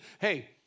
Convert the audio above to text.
Hey